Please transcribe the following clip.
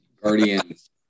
Guardians